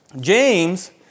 James